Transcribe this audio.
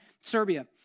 Serbia